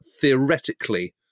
theoretically